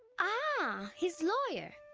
ah! his lawyer.